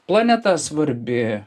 planeta svarbi